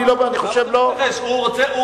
אני לא, אל תתכחש.